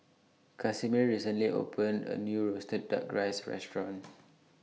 Casimir recently opened A New Roasted Duck Rice Restaurant